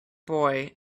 boy